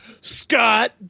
Scott